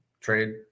trade